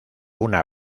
una